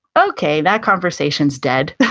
okay, that conversation's dead.